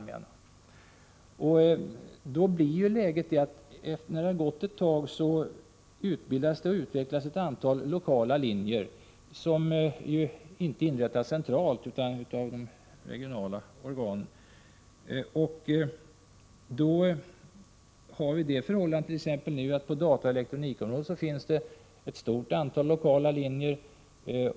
Därför blir läget att när det gått en tid så utvecklas det ett antal lokala linjer som inte inrättas centralt utan lokalt. På t.ex. dataoch elektronikområdet finns det ett stort antal lokala linjer.